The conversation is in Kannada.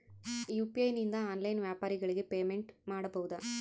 ಯು.ಪಿ.ಐ ನಿಂದ ಆನ್ಲೈನ್ ವ್ಯಾಪಾರಗಳಿಗೆ ಪೇಮೆಂಟ್ ಮಾಡಬಹುದಾ?